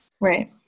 Right